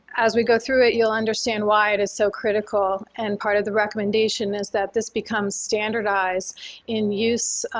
as we go through it, you'll understand why it is so critical and part of the recommendation is that this becomes standardized in use,